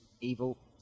evil